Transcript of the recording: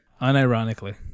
Unironically